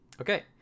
Okay